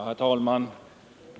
Herr talman!